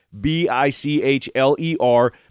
B-I-C-H-L-E-R